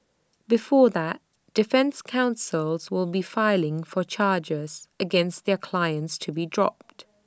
before that defence counsels will be filing for charges against their clients to be dropped